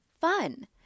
fun